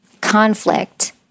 conflict